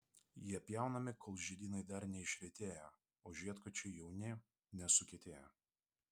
jie pjaunami kol žiedynai dar neišretėję o žiedkočiai jauni nesukietėję